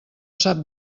sap